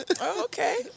okay